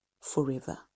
forever